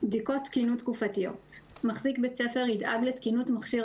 בדיקות תקינות תקופתיות 7. (א)מחזיק בית ספר ידאג לתקינות מכשיר